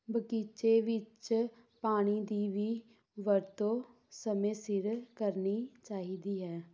ਬਗੀਚੇ ਵਿੱਚ ਪਾਣੀ ਦੀ ਵੀ ਵਰਤੋਂ ਸਮੇਂ ਸਿਰ ਕਰਨੀ ਚਾਹੀਦੀ ਹੈ